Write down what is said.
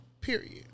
period